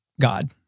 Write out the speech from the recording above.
God